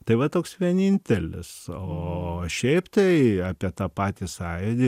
tai va toks vienintelis o šiaip tai apie tą patį sąjūdį